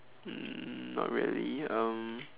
um not really um